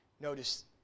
Notice